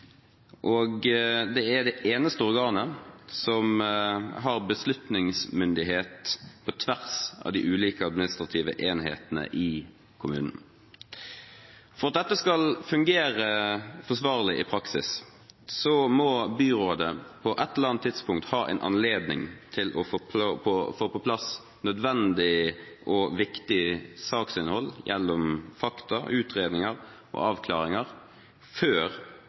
og det er det eneste organet som har beslutningsmyndighet på tvers av de ulike administrative enhetene i kommunen. For at dette skal fungere forsvarlig i praksis, må byrådet på et eller annet tidspunkt ha en anledning til å få på plass nødvendig og viktig saksinnhold gjennom fakta, utredninger og avklaringer før